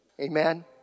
Amen